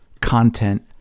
content